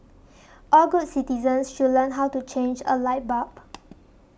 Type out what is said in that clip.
all good citizens should learn how to change a light bulb